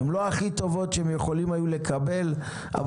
הן לא הכי טובות שהם יכולים היו לקבל אבל